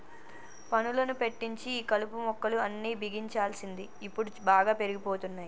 పనులను పెట్టించి ఈ కలుపు మొక్కలు అన్ని బిగించాల్సింది ఇప్పుడు బాగా పెరిగిపోతున్నాయి